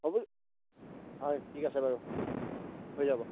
হ'ব হয় ঠিক আছে বাৰু হৈ যাব